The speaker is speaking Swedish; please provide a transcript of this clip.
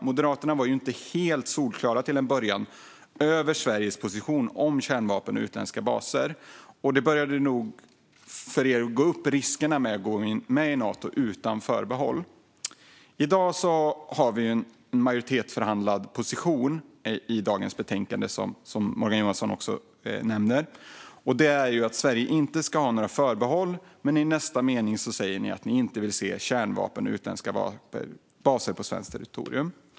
Moderaterna var ju inte helt solklara till en början när det gällde Sveriges position i fråga om kärnvapen och utländska baser. Ni började nog få upp ögonen för riskerna med att gå in i Nato utan förbehåll. I dag har vi ju en majoritetsförhandlad position i dagens betänkande som Morgan Johansson också nämner. Den är att Sverige inte ska ha några förbehåll. Men i nästa mening säger ni ändå att ni inte vill se kärnvapen och utländska baser på svenskt territorium.